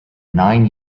nine